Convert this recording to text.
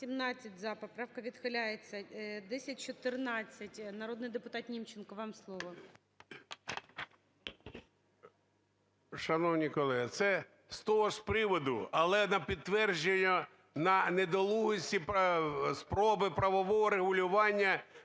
Народний депутат Німченко, вам слово.